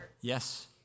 Yes